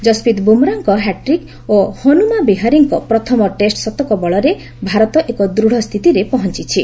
ଯଶପ୍ରୀତ ବୁମ୍ରାଙ୍କ ହ୍ୟାଟ୍ରିକ ଓ ହନୁମା ବିହାରୀଙ୍କ ପ୍ରଥମ ଟେଷ୍ଟ ଶତକ ବଳରେ ଭାରତ ଏକ ଦୂତ ସ୍ଥିତିରେ ପହଞ୍ଚିଛି